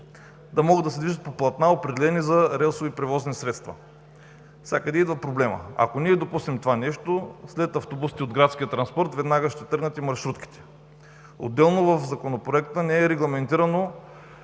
да могат да се движат по платна, определени за релсови превозни средства. Откъде идва проблемът? Ако ние допуснем това нещо, след автобусите от градския транспорт веднага ще тръгнат и маршрутките. Отделно в Законопроекта не е регламентирано